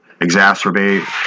exacerbate